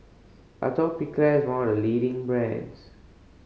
atopiclair is one of the leading brands